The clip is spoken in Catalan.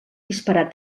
disparar